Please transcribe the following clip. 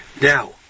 Now